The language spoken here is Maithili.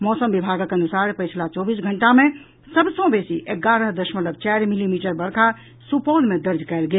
मौसम विभागक अनुसार पछिला चौबीस घंटा मे सब सँ बेसी एगारह दशमलव चारि मिलीमीटर वर्षा सुपौल मे दर्ज कयल गेल